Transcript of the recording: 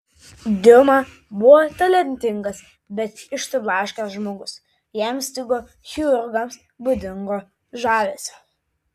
diuma buvo talentingas bet išsiblaškęs žmogus jam stigo chirurgams būdingo žavesio